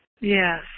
Yes